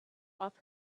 off